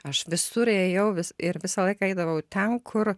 aš visur ėjau vis ir visą laiką eidavau ten kur